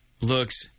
looks